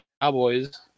Cowboys